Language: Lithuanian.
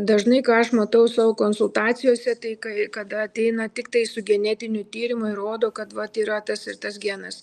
dažnai ką aš matau savo konsultacijose tai kai kada ateina tiktai su genetiniu tyrimu ir rodo kad vat yra tas ir tas genas